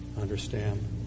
understand